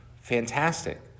Fantastic